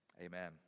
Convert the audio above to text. Amen